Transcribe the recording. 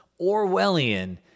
Orwellian